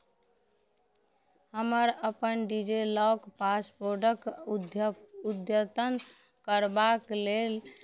हमरा अपन डिजिलॉकर पासवर्डकेँ उध्य अद्यतन करबाक लेल